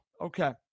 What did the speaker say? Okay